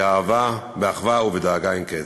באהבה, באחווה ובדאגה אין קץ.